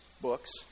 books